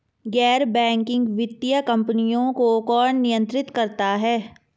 गैर बैंकिंग वित्तीय कंपनियों को कौन नियंत्रित करता है?